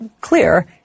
clear